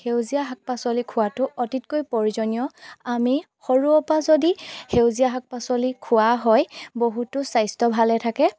সেউজীয়া শাক পাচলি খোৱাটো অতিকৈ প্ৰয়োজনীয় আমি সৰুৰেপৰা যদি সেউজীয়া শাক পাচলি খোৱা হয় বহুতো স্বাস্থ্য ভালে থাকে